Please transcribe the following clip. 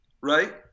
right